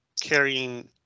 carrying